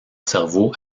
cerveau